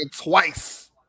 twice